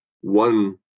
one